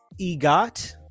egot